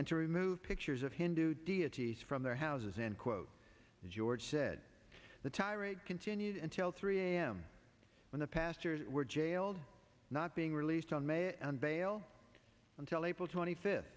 and to remove pictures of hindu deities from their houses and quote as george said the tirade continued until three am when the pastors were jailed not being released on bail until april twenty fifth